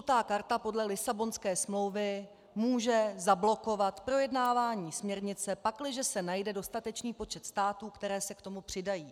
Žlutá karta podle Lisabonské smlouvy může zablokovat projednávání směrnice, pakliže se najde dostatečný počet států, které se k tomu přidají.